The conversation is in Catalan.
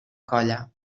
colla